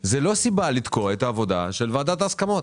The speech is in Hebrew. לא סיבה לתקוע את העבודה של ועדת ההסכמות.